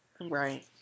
Right